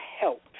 help